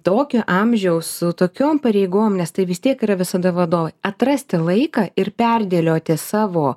tokį amžiaus su tokiom pareigom nes tai vis tiek yra visada vadovai atrasti laiką ir perdėlioti savo